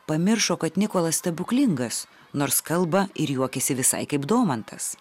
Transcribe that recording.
pamiršo kad nikolas stebuklingas nors kalba ir juokiasi visai kaip domantas